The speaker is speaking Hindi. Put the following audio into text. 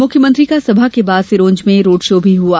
मुख्यमंत्री का सभा के बाद सिरोंज में रोडशो भी हुआ